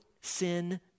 sin